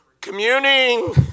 Communing